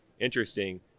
interesting